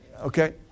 Okay